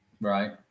Right